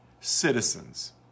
citizens